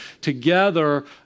together